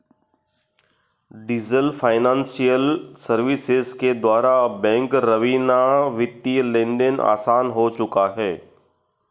diesel financial services के द्वारा bank रवीना वित्तीय लेनदेन आसान हो चुका है